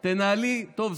טוב,